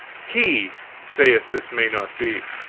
he saith this may not be.